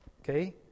Okay